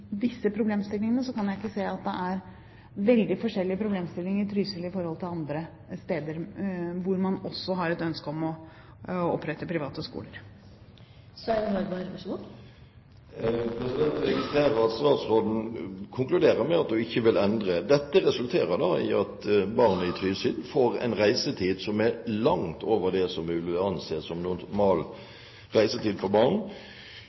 disse problemstillingene, kan jeg ikke se at det er veldig forskjellige problemstillinger i Trysil i forhold til på andre steder hvor man også har et ønske om å opprette private skoler. Jeg registrerer at statsråden konkluderer med at hun ikke vil endre noe. Dette resulterer i at barn i Trysil får en reisetid som er langt over det som en vil anse som normal reisetid for barn.